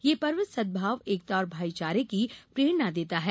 यह पर्व सदभाव एकता और भाईचारे की प्रेरणा देता है